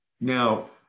Now